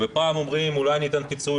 ופעם אומרים אולי ניתן פיצוי,